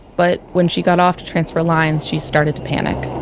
but when she got off to transfer lines, she started to panic